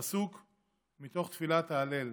פסוק מתוך תפילת ההלל,